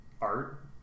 art